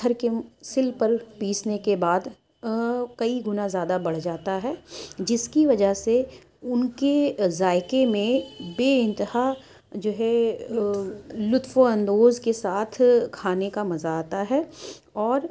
پتھر کے سل پر پیسنے کے بعد کئی گنا زیادہ بڑھ جاتا ہے جس کی وجہ سے ان کے ذائقے میں بے انتہا جو ہے لطف اندوز کے ساتھ کھانے کا مزہ آتا ہے اور